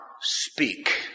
speak